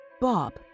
Bob